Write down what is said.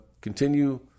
continue